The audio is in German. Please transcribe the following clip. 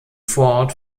vorort